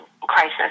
crisis